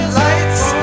lights